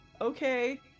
Okay